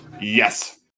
Yes